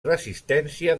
resistència